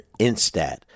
Instat